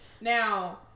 Now